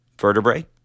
vertebrae